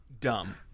dumb